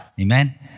Amen